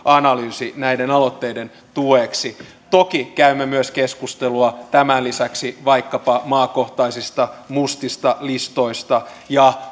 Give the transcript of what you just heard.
analyysi näiden aloitteiden tueksi toki käymme myös keskustelua tämän lisäksi vaikkapa maakohtaisista mustista listoista ja